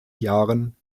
jahren